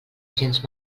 gens